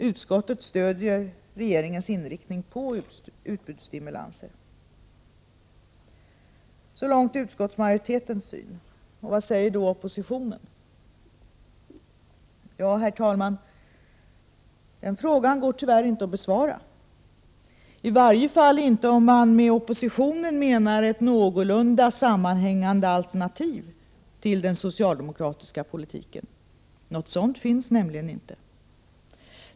Utskottet stödjer regeringens inriktning på utbudsstimulanser. Så långt utskottsmajoritetens syn. Vad säger då oppositionen? Ja, herr talman, den frågan går tyvärr inte att besvara, i alla fall inte om man med ”oppositionen” menar ett någorlunda sammanhängande alternativ till den socialdemokratiska politiken. Något sådant finns nämligen inte.